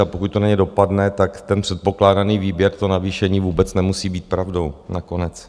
A pokud to na ně dopadne, tak ten předpokládaný výběr, to navýšení vůbec nemusí být pravdou nakonec.